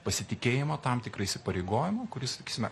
pasitikėjimą tam tikrą įsipareigojimą kuris sakysime